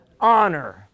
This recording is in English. Honor